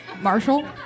Marshall